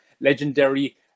legendary